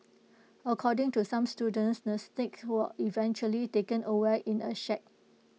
according to some students the snake was eventually taken away in A sack